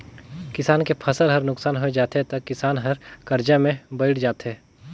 किसान के फसल हर नुकसान होय जाथे त किसान हर करजा में बइड़ जाथे